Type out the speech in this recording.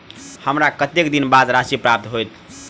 हमरा कत्तेक दिनक बाद राशि प्राप्त होइत?